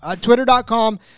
twitter.com